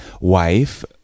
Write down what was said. wife